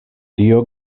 tio